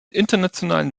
internationalen